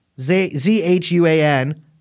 Z-H-U-A-N